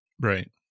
Right